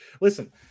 Listen